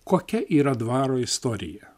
kokia yra dvaro istorija